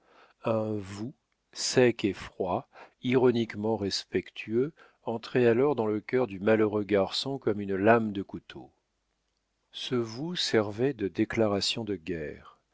un vous sec et froid ironiquement respectueux entrait alors dans le cœur du malheureux garçon comme une lame de couteau ce vous servait de déclaration de guerre